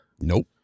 Nope